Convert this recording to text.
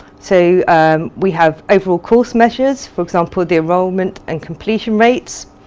so we have overall course measures, for example the enrollment and completion rates,